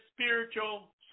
spiritual